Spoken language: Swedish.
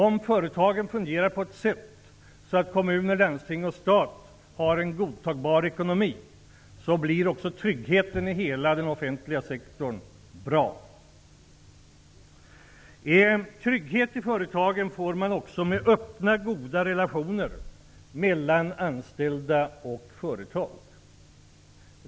Om företagen fungerar på ett sådant sätt att kommuner, landsting och staten har en godtagbar ekonomi blir också tryggheten i hela den offentliga sektorn bra. Trygghet i företagen får man också med öppna, goda relationer mellan anställda och företag.